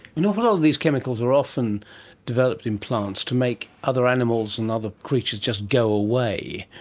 you know of ah of these chemicals are often developed in plants to make other animals and other creatures just go away,